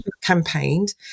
campaigned